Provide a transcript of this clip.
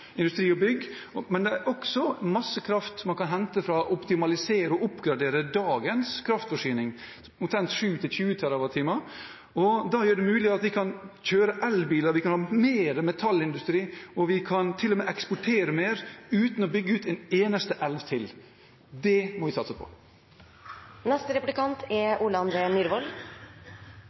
kraft ved å optimalisere og oppgradere dagens kraftforsyning, 7–20 TWh. Da blir det mulig å kjøre elbiler, ha mer metallindustri og til og med eksportere mer uten å bygge ut en eneste elv til. Det må vi satse på. Kjernen i miljøvern har alltid vært ønsket om å beskytte natur, og senterpartister er